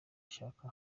shaka